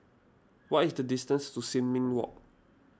what is the distance to Sin Ming Walk